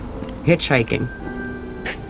hitchhiking